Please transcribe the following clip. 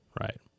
right